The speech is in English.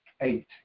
eight